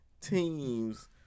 teams